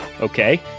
Okay